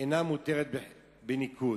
אינה מותרת בניכוי.